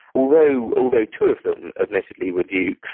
although although two of them admittedly were dukes,